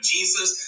Jesus